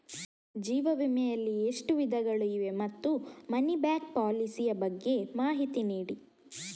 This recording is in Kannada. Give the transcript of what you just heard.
ಜೀವ ವಿಮೆ ಯಲ್ಲಿ ಎಷ್ಟು ವಿಧಗಳು ಇವೆ ಮತ್ತು ಮನಿ ಬ್ಯಾಕ್ ಪಾಲಿಸಿ ಯ ಬಗ್ಗೆ ಮಾಹಿತಿ ನೀಡಿ?